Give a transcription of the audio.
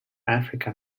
africa